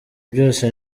byose